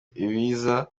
ibiza